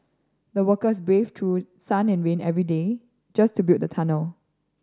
the workers braved through sun and rain every day just to build the tunnel